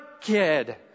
kid